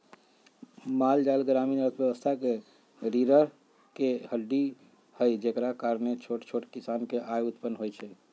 माल जाल ग्रामीण अर्थव्यवस्था के रीरह के हड्डी हई जेकरा कारणे छोट छोट किसान के आय उत्पन होइ छइ